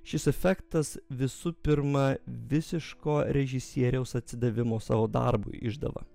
šis efektas visų pirma visiško režisieriaus atsidavimo savo darbui išdava